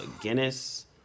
Guinness